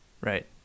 Right